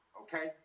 okay